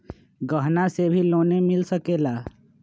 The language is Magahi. गहना से भी लोने मिल सकेला?